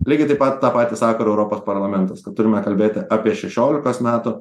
lygiai taip pat tą patį sako ir europos parlamentas kad turime kalbėti apie šešiolikos metų